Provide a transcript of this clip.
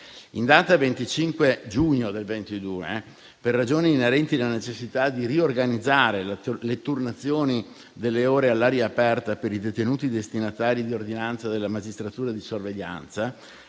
In data 25 giugno 2022, per ragioni inerenti la necessità di riorganizzare le turnazioni delle ore all'aria aperta per i detenuti destinatari di ordinanza della magistratura di sorveglianza,